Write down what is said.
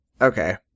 okay